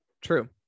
True